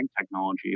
technology